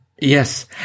Yes